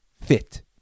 fit